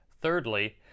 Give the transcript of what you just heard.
Thirdly